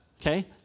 Okay